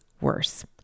worse